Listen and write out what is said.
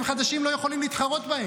זה מה שאני רוצה.